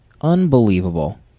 unbelievable